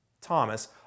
Thomas